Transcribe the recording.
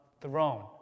throne